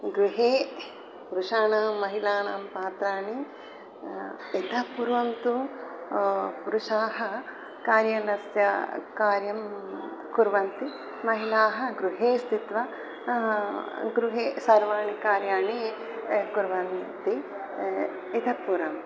गृहे पुरुषाणां महिलानां पात्राणि इतः पूर्वं तु पुरुषाः कार्यालयस्य कार्यं कुर्वन्ति महिलाः गृहे स्थित्वा गृहे सर्वाणि कार्याणि कुर्वन्ति इतः पूर्वं